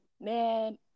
man